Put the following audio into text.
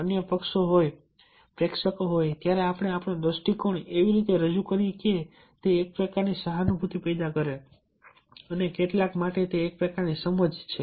અન્ય પક્ષો હોય પ્રેક્ષકો હોય ત્યારે આપણે આપણો દૃષ્ટિકોણ એવી રીતે રજૂ કરી શકીએ કે તે એક પ્રકારની સહાનુભૂતિ પેદા કરે છે અને કેટલાક માટે તે એક પ્રકારની સમજ છે